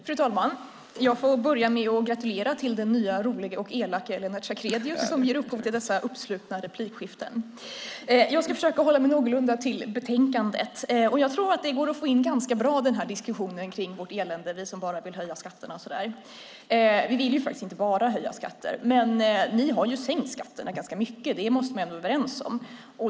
Fru talman! Jag får börja med att gratulera till den nya rolige och elake Lennart Sacrédeus som ger upphov till dessa uppsluppna replikskiften. Jag ska försöka att hålla mig någorlunda till betänkandet. Jag tror att det går att få in diskussionen kring vårt elände ganska bra, vi som vill höja skatterna. Vi vill faktiskt inte bara höja skatter. Ni har sänkt skatterna ganska mycket. Det måste man ändå vara överens om.